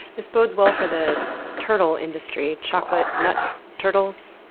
this bodes well for the turtle industry, chocolate nut turtles!